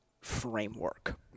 framework